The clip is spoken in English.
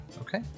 Okay